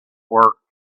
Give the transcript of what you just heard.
work